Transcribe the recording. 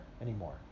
anymore